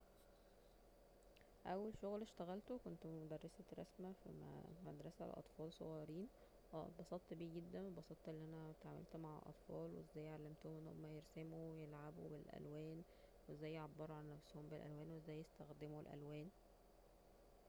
اول شغل اشتغلته كنت مدرسة رسم في مدرة لاطفال صغيرين اه انبسطت بيه جدا اتبسطت أن أنا اتعاملت مع اطفال وازاي علمتهم أن هما يرسمو ويلعبو بالالوان وازاي يعبرو عن نفسهم بالالوان وازاي يستخدمو الالوان